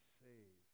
save